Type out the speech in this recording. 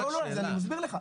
לא, אז אני מסביר לך.